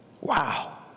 Wow